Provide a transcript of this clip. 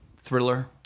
thriller